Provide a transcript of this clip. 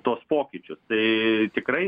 tuos pokyčius tai tikrai